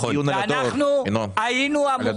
השבוע ונאמר לי שעוד לא התקבלה החלטה.